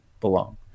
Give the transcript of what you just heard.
belong